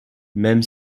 même